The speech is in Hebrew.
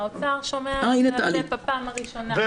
האוצר שומע את זה בפעם הראשונה.